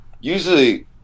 usually